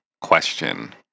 question